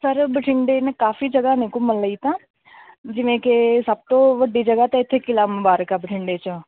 sir ਬਠਿੰਡੇ ਮੇਂ ਕਾਫੀ ਜਗ੍ਹਾ ਨੇ ਘੁੰਮਣ ਲਈ ਤਾਂ ਜਿਵੇਂ ਕਿ ਸਭ ਤੋਂ ਵੱਡੀ ਜਗ੍ਹਾ ਤਾਂ ਇੱਥੇ ਕਿਲ੍ਹਾ ਮੁਬਾਰਕ ਆ ਬਠਿੰਡੇ 'ਚ